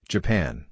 Japan